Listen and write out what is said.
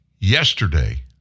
Yesterday